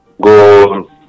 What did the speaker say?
go